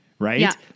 Right